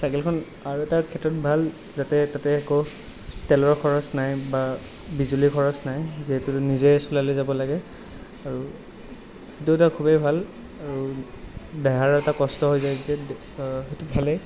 চাইকেলখন আৰু এটা ক্ষেত্ৰত ভাল খৰছ নাই বা বিজুলীৰ খৰছ নাই যিহেতু নিজে চলাই লৈ যাব লাগে আৰু এইটো এটা খুবেই ভাল আৰু দেহাৰো এটা কষ্ট হৈ যায় যে সেইটো ভালেই